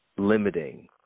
Limiting